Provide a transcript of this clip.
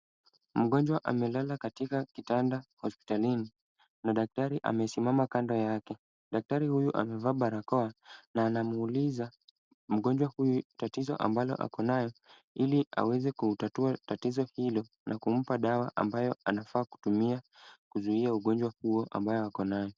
Mgonjwa amelala katika kitanda hosipitalini na daktari amesimama kando yake daktari huyu amevaa barakoa na anamuuliza mgonjwa huyu tatizo ambalo akonalo ili aweze kutatua tatizo hilo na kumpa dawa ambayo anafaa kutumia kuzuia ugonjwa huo ambao akonao.